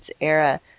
Era